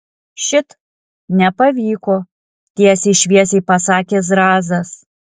šit nepavyko tiesiai šviesiai pasakė zrazas